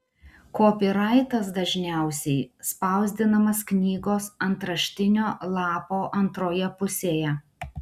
kopiraitas dažniausiai spausdinamas knygos antraštinio lapo antroje pusėje